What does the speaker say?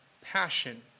passion